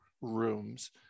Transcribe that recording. rooms